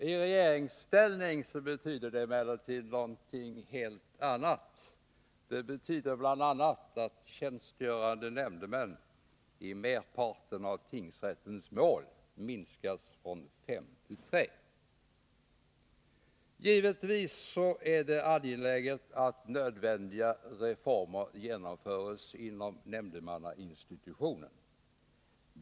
I regeringsställning betyder det dock något helt annat, bl.a. att antalet tjänstgörande nämndemän i merparten av tingsrätternas mål minskar från fem till tre. Givetvis är det angeläget att nödvändiga reformer genomförs inom nämndemannainstitutionen.